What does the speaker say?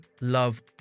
love